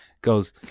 goes